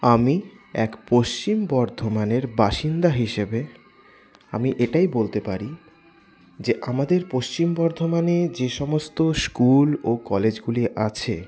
আমি এক পশ্চিম বর্ধমানের বাসিন্দা হিসেবে আমি এটাই বলতে পারি যে আমাদের পশ্চিম বর্ধমানে যে সমস্ত স্কুল ও কলেজগুলি আছে